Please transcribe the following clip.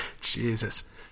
Jesus